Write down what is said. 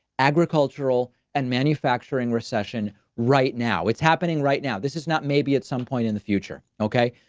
agricultural and manufacturing recession right now. it's happening right now. this is not maybe at some point in the future. okay.